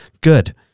Good